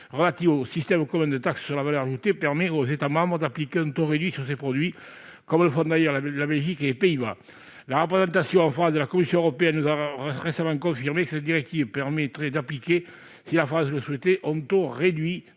relative au système commun de taxe sur la valeur ajoutée permet aux États membres d'appliquer un taux réduit sur ces produits, comme le font d'ailleurs déjà la Belgique ou les Pays-Bas. La représentation en France de la Commission européenne nous a récemment confirmé que cette directive permettait d'appliquer un taux réduit